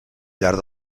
llarg